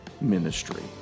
ministry